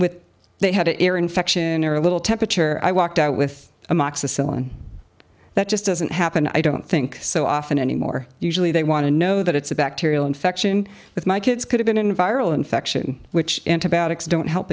with they had a ear infection or a little temperature i walked out with a mock cicilline that just doesn't happen i don't think so often anymore usually they want to know that it's a bacterial infection that my kids could have been in viral infection which antibiotics don't help